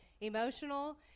emotional